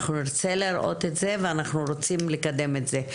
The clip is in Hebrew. אנחנו נרצה לראות את זה, ואנחנו רוצים לקדם את זה.